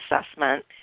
assessment